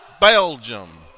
Belgium